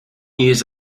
years